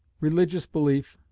religious belief,